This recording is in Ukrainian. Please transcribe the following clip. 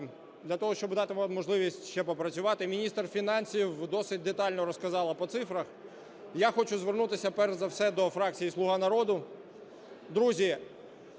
для того щоб дати вам можливість ще попрацювати. Міністр фінансів досить детально розказала по цифрах. Я хочу звернутися, перш за все, до фракції "Слуга народу". Друзі,